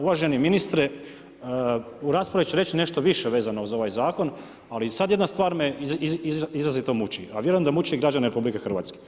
Uvaženi ministre, u raspravi ću reći nešto više vezano uz ovaj zakon ali sad jedna stvar me izrazito muči a vjerujem da muči i građane RH.